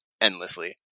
endlessly